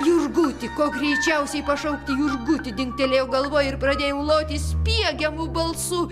jurgutį kuo greičiausiai pašaukti jurgutį dingtelėjo galvoj ir pradėjau loti spiegiamu balsu